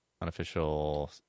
Unofficial